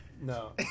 No